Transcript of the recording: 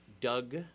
Doug